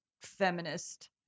feminist